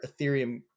Ethereum